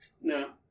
No